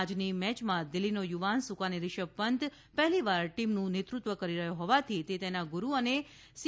આજની મેચમાં દિલ્ફીનો યુવાન સુકાની ઋષભ પંત પહેલીવાર ટીમનું નેતૃત્વ કરી રહ્યો હોવાથી તે તેનાં ગુરુ અને સી